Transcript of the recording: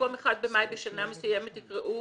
במקום 1 במאי בשנה מסוימת יקראו